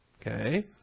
Okay